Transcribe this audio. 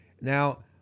Now